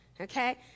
okay